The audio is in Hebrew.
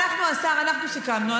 אנחנו סיכמנו,